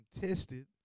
tested